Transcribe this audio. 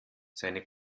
seine